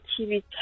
TV